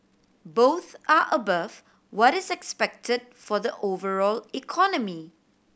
both are above what is expected for the overall economy